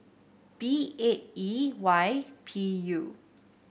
B eight E Y P U